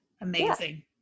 Amazing